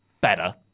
better